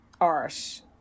Art